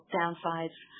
downsides